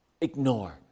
ignore